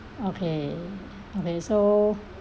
okay okay so